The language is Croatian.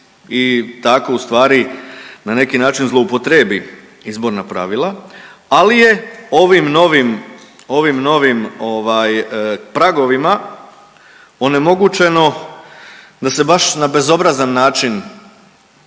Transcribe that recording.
i tako ustvari na neki način zloupotrebi izborna pravila ali je ovim novim pragovima onemogućeno da se baš na bezobrazan način